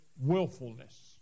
willfulness